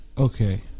Okay